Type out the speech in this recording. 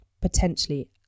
potentially